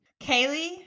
Kaylee